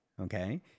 Okay